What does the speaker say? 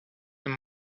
and